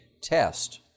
test